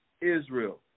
Israel